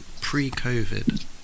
pre-COVID